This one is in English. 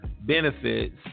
benefits